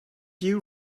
you